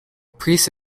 priest